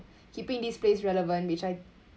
keeping this place relevant which I